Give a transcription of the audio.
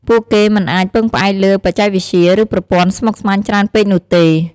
ពួកគេមិនអាចពឹងផ្អែកលើបច្ចេកវិទ្យា ឬប្រព័ន្ធស្មុគស្មាញច្រើនពេកនោះទេ។